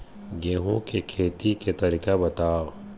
गेहूं के खेती के तरीका बताव?